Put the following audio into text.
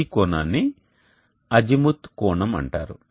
ఈ కోణాన్ని అజిముత్ కోణం అంటారు